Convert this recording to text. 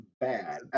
bad